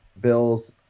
bills